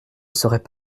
seraient